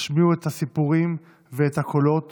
השמיעו את הסיפורים ואת הקולות